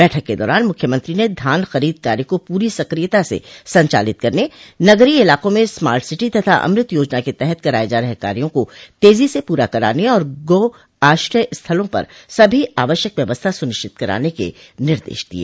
बैठक के दौरान मुख्यमंत्री ने धान खरीद कार्य को पूरी सक्रियता से संचालित करने नगरीय इलाकों में स्मार्ट सिटी तथा अमृत योजना के तहत कराये जा रहे कार्यो को तेजी से पूरा कराने और गो आश्रय स्थलों पर सभी आवश्यक व्यवस्था सुनिश्चित कराने के निर्देश दिये